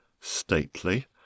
stately